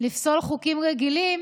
לפסול חוקים רגילים,